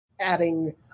adding